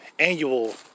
annual